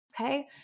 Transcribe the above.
okay